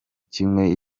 kimwe